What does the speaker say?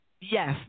Yes